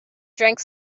drank